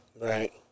Right